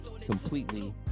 completely